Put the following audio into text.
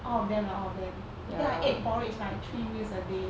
all of them lah all of them then I ate porridge like three meals a day